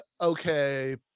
okay